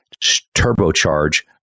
turbocharge